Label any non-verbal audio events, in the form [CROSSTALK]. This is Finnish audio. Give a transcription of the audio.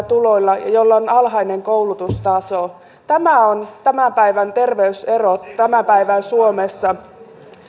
[UNINTELLIGIBLE] tuloilla ja jolla on alhainen koulutustaso tämä on tämän päivän terveysero tämän päivän suomessa